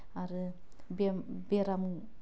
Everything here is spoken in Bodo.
आरो बेम बेराम